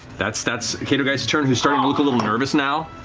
that's that's caedogeist's turn, who's starting to look a little nervous now.